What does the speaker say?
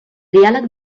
diàleg